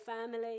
family